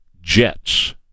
jets